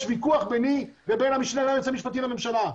יש ויכוח ביני לבין המשנה ליועץ המשפטי לממשלה.